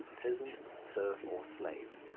peasant, serf, or slave.